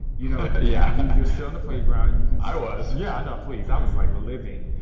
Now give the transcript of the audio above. you know yeah and you're still in a playground you know i was yeah, i know. please, i was like living.